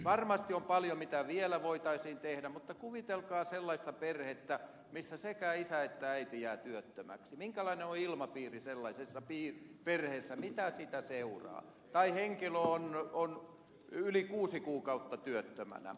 varmasti on paljon mitä vielä voitaisiin tehdä mutta kuvitelkaa sellainen perhe missä sekä isä että äiti jäävät työttömiksi minkälainen on ilmapiiri sellaisessa perheessä mitä siitä seuraa tai mitä jos henkilö on yli kuusi kuukautta työttömänä